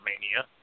Mania